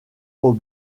aux